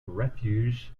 refuge